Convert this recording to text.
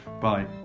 Bye